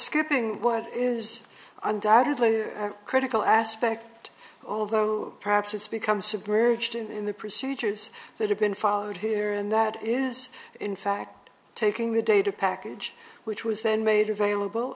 escaping what is undoubtedly a critical aspect although perhaps it's become submerged in the procedures that have been followed here and that is in fact taking the data package which was then made available